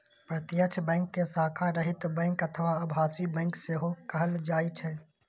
प्रत्यक्ष बैंक कें शाखा रहित बैंक अथवा आभासी बैंक सेहो कहल जाइ छै